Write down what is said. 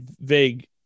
vague